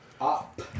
up